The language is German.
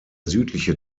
südliche